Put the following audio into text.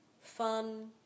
fun